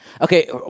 Okay